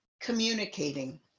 communicating